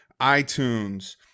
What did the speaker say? iTunes